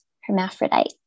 Hermaphrodite